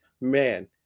man